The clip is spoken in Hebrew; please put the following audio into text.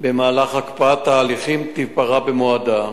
במהלך הקפאת ההליכים תיפרע במועדה.